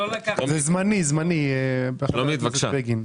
זה זמני, חה"כ בגין.